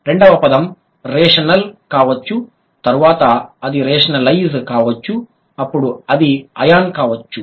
రెండవ పదం రేషనల్ కావచ్చు తరువాత అది రేషనలైజ్ కావచ్చు అప్పుడు అది అయాన్ కావచ్చు